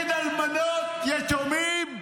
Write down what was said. כנגד אלמנות, יתומים.